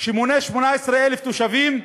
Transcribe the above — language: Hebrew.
שמונה 18,000 תושבים,